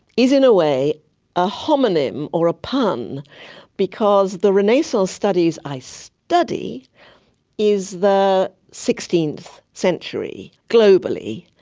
is in a way a homonym or a pun because the renaissance studies i study is the sixteenth century globally,